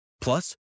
Plus